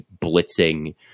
blitzing